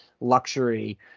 luxury